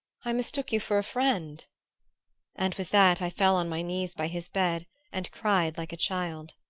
i mistook you for a friend and with that i fell on my knees by his bed and cried like a child.